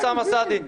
אוסאמה סעדי,